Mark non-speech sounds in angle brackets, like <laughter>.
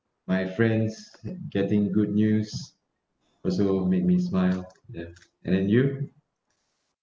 my friends <noise> getting good news also make me smile then and then you